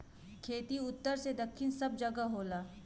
खेती उत्तर से दक्खिन सब जगह होला